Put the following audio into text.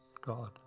God